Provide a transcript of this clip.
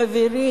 חברים,